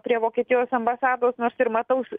prie vokietijos ambasados nors ir matau